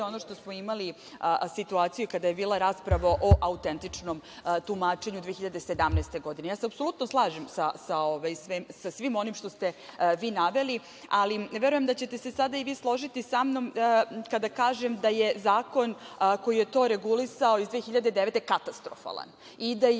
ono što smo imali situaciju kada je bila rasprava o autentičnom tumačenju 2017. godine, apsolutno se slažem sa svim onim što ste naveli, ali verujem da ćete se sada i vi složiti sa mnom, kada kažem da je zakon koji je to regulisao iz 2009. godine katastrofalan